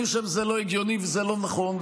אני חושב שזה לא הגיוני ולא נכון.